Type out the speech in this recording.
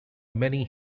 many